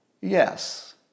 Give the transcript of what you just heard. Yes